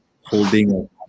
holding